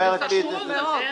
זה שוק שהוא עוד שוק בוסר.